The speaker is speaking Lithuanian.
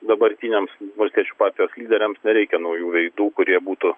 dabartiniams valstiečių partijos lyderiams nereikia naujų veidų kurie būtų